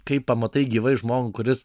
kai pamatai gyvai žmogų kuris